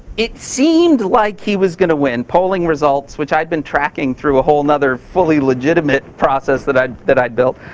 it seemed like he was gonna win. polling results, which i've been tracking through a whole and other, fully legitimate process that i'd that i'd built,